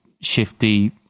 shifty